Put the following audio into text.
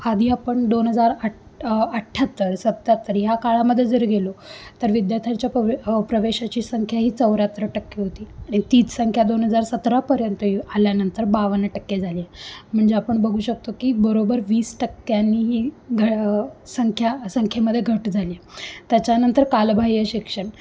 आधी आपण दोन हजार आठ अठ्ठ्याहत्तर सत्त्याहत्तर ह्या काळामध्ये जर गेलो तर विद्यार्थ्यांच्या पवे प्रवेशाची संख्या ही चौऱ्याहतर टक्के होती तीच संख्या दोन हजार सतरापर्यंत आल्यानंतर बावन्न टक्के झाले आहे म्हणजे आपण बघू शकतो की बरोबर वीस टक्क्यांनी ही घ संख्या संख्येमध्ये घट झाली आहे त्याच्यानंतर कालबाह्य शिक्षण